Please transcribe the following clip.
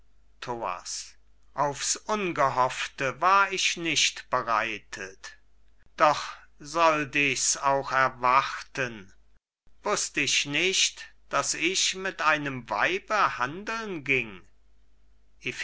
auf's ungehoffte war ich nicht bereitet doch sollt ich's auch erwarten wußt ich nicht daß ich mit einem weibe handeln ging